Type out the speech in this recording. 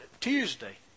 Tuesday